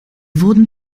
wurden